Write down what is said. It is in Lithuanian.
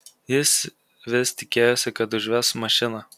jis vis tikėjosi kad užves mašiną